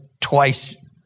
twice